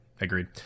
Agreed